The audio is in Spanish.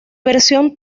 versión